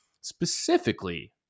specifically